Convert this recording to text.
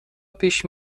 پیش